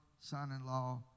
son-in-law